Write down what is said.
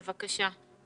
בבקשה.